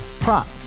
Prop